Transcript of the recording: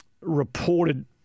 reported